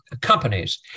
companies